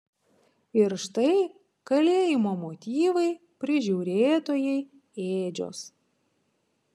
ir štai kalėjimo motyvai prižiūrėtojai ėdžios